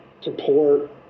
support